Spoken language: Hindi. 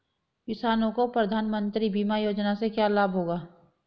किसानों को प्रधानमंत्री बीमा योजना से क्या लाभ होगा?